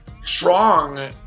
strong